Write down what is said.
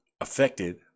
affected